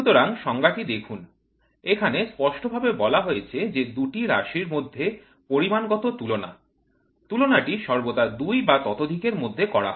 সুতরাং সংজ্ঞাটি দেখুন এখানে স্পষ্টভাবে বলা হয়েছে যে দুটি রাশির মধ্যে পরিমাণগত তুলনা তুলনাটি সর্বদা দুই বা ততোধিক এর মধ্যে করা হয়